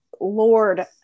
lord